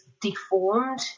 deformed